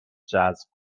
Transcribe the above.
جذب